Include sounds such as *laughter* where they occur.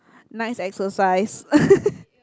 nice exercise *laughs*